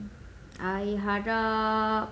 I harap